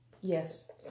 Yes